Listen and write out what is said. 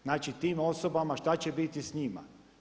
Znači tim osobama šta će biti s njima?